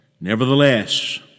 Nevertheless